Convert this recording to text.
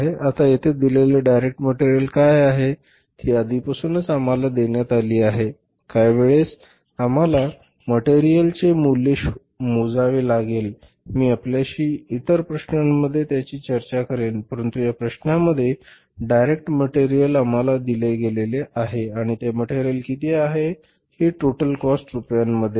आता येथे दिलेले डायरेक्ट मटेरियल काय आहे ती आधीपासूनच आम्हाला देण्यात आले आहे काही वेळेस आम्हाला मटेरियलचे मूल्य मोजावे लागेल मी आपल्याशी इतर प्रश्नांमध्ये त्याची चर्चा करेन परंतु या प्रश्नामध्ये डायरेक्ट मटेरियल थेट आम्हाला दिले गेले आहे आणि ते मटेरियल किती आहे हि टोटल काॅस्ट रूपयांमध्ये आहे